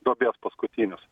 duobės paskutinius